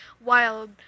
wild